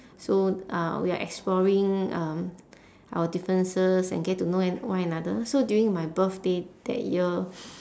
so uh we are exploring um our differences and get to know an~ one another so during my birthday that year